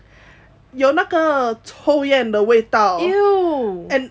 有那个抽烟的味道 and